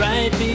Right